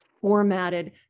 formatted